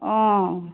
অঁ